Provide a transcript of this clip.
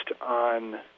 on